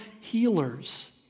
healers